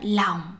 lòng